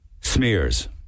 smears